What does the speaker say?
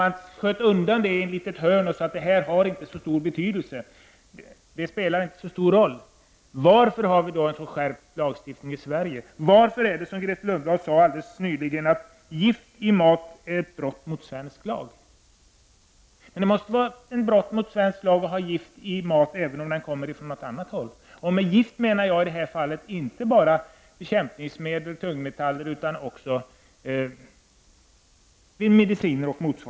Man sköt undan denna fråga i ett hörn och menade att den inte hade så stor betydelse och att den inte spelade så stor roll. Varför har vi då en så sträng lagstiftning i Sverige? Varför är då -- som Grethe Lundblad nyss sade -- gift i maten ett brott mot svensk lag? Det måste vara ett brott mot svensk mot lag att ha gift i maten, även om den kommer från något annat land. Med gift menar jag i det här fallet inte bara bekämpningsmedel och tungmetaller, utan också medicinska ämnen.